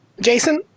Jason